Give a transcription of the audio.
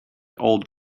old